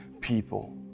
people